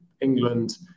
England